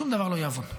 שום דבר לא יעבוד.